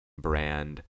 brand